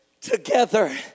together